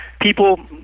people